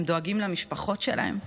הם דואגים למשפחות שלהם.